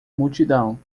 multidão